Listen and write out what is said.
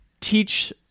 teach